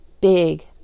big